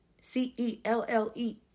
C-E-L-L-E